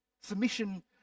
submission